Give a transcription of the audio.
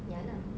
ya lah